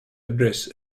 address